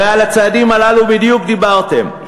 הרי על הצעדים הללו בדיוק דיברתם,